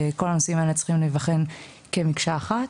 כל הנושאים האלה צריכים להיבחן כמקשה אחת.